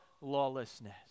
lawlessness